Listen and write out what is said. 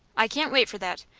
i can't wait for that.